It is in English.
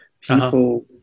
people